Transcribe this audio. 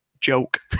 joke